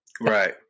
Right